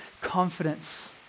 confidence